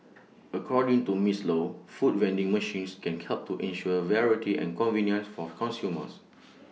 according to miss low food vending machines can help to ensure variety and convenience for consumers